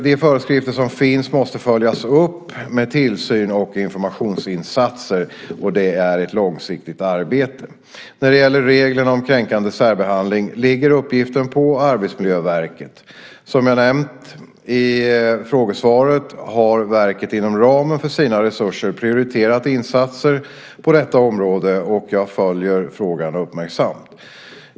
De föreskrifter som finns måste följas upp med tillsyn och informationsinsatser. Detta är ett långsiktigt arbete. När det gäller reglerna om kränkande särbehandling ligger uppgiften på Arbetsmiljöverket. Som jag nämnde i frågesvaret har verket inom ramen för sina resurser prioriterat insatser på detta område. Och jag följer frågan uppmärksamt.